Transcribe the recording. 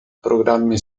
programmi